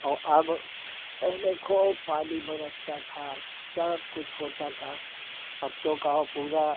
और अब पहले खूब पानी बरसता था सबकुछ होता था अब तो कहो पूरा